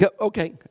Okay